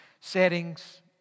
settings